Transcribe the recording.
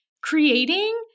creating